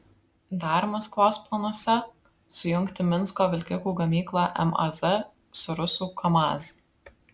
dar maskvos planuose sujungti minsko vilkikų gamyklą maz su rusų kamaz